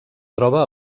troba